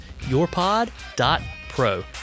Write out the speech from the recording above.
Yourpod.pro